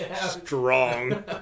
strong